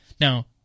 Now